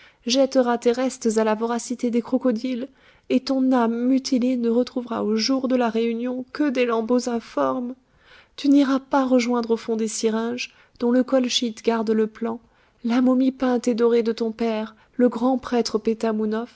jettera tes restes à la voracité des crocodiles et ton âme mutilée ne retrouvera au jour de la réunion que des lambeaux informes tu n'iras pas rejoindre au fond des syringes dont le colchyte garde le plan la momie peinte et dorée de ton père le grand prêtre